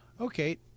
Okay